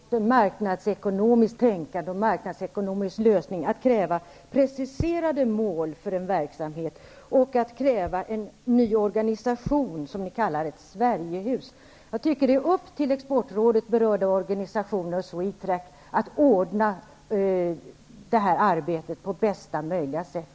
Herr talman! Enligt min mening strider det mot ett marknadsekonomiskt tänkande och mot en marknadsekonomisk lösning att kräva preciserade mål för en verksamhet och att kräva en ny organisation som ni kallar för ett Sverige-hus. Jag tycker att det är upp till exportrådet, berörda organisationer och Swetrack att ordna detta arbete på bästa möjliga sätt.